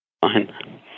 Fine